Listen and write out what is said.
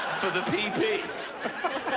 for the pp